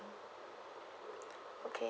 okay